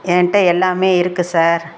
ஏன்கிட்ட எல்லாமே இருக்கு சார்